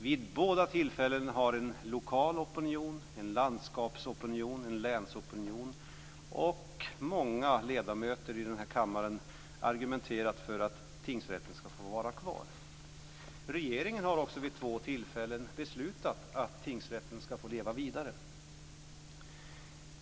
Vid båda tillfällena har en lokal opinion, en landskapsopinion, en länsopinion, och många ledamöter i den här kammaren argumenterat för att tingsrätten ska få vara kvar. Regeringen har också vid två tillfällen beslutat att tingsrätten ska få leva vidare.